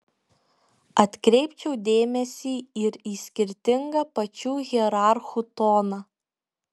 atkreipčiau dėmesį ir į skirtingą pačių hierarchų toną